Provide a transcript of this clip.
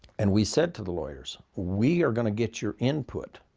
and we said to the lawyers, we are going to get your input.